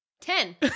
Ten